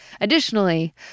Additionally